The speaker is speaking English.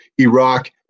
Iraq